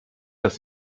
das